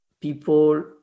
people